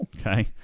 Okay